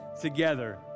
together